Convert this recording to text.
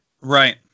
Right